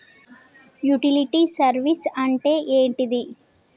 Utility service అంటే ఏంటిది?